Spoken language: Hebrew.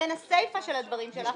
לבין הסיפה של הדברים שלך,